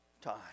time